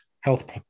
health